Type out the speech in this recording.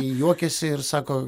juokiasi ir sako